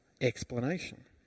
explanation